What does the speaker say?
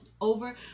over